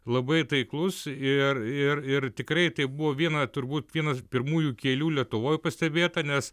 labai taiklus ir ir ir tikrai tai buvo viena turbūt vienas pirmųjų kielių lietuvoj pastebėta nes